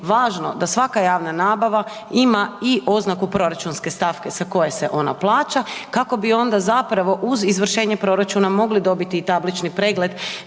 važno da svaka javna nabava ima i oznaku proračunske stavke sa koje se ona plaća kako bi onda zapravo uz izvršenje proračuna mogli dobiti i tablični pregled,